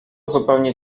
zupełnie